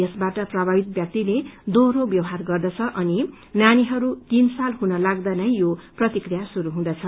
यसबाट प्रभावित व्यक्ति दोहोरो व्यवहार गर्दछ अनि नानीहरू तीन साल हुनलाग्दा नै यो श्रुरू हुँदछ